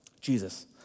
Jesus